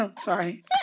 Sorry